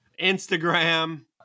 Instagram